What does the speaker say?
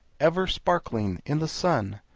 ever sparkling in the sun,